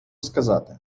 сказати